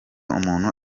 umuntu